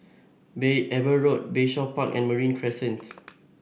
Eber Road Bayshore Park and Marine Crescent